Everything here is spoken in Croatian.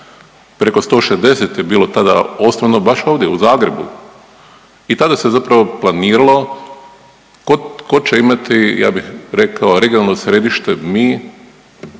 preko 160 je bilo tada osnovano baš ovdje u Zagrebu i tada se zapravo planiralo ko, ko će imati ja bih rekao regionalno središte, mi,